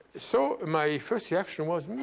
so my first reaction was